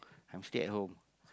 I'm still at home